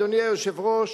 אדוני היושב-ראש,